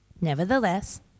Nevertheless